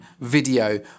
video